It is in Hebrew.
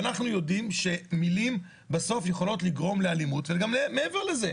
ואנחנו יודעים שמילים בסוף יכולות לגרום לאלימות וגם מעבר לזה.